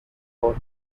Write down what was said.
fort